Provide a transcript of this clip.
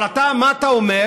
אבל אתה, מה אתה אומר?